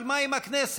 אבל מה עם הכנסת,